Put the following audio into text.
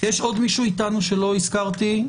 יש עוד מישהו איתנו שלא הזכרתי?